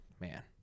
Man